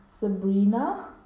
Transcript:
Sabrina